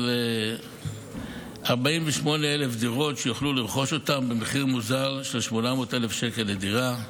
על 48,000 דירות שיוכלו לרכוש במחיר מוזל של 800,000 שקלים לדירה.